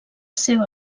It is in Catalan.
seva